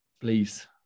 please